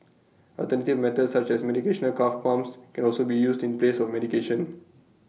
alternative methods such as meditational calf pumps can also be used in place of medication